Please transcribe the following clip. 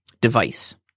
device